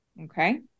Okay